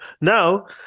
now